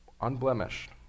unblemished